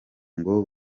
ngo